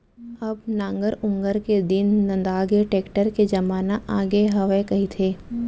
अब नांगर ऊंगर के दिन नंदागे, टेक्टर के जमाना आगे हवय कहिथें